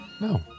No